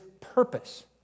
purpose